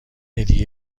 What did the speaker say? هدیه